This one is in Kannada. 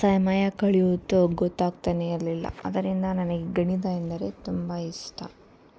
ಸಮಯ ಕಳೆಯುತ್ತೋ ಗೊತ್ತಾಗ್ತಾನೇ ಇರಲಿಲ್ಲ ಅದರಿಂದ ನನಗೆ ಗಣಿತ ಎಂದರೆ ತುಂಬ ಇಷ್ಟ